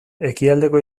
ekialdeko